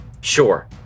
Sure